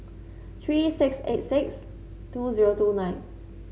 three six eight six two zero two nine